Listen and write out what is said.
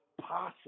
possible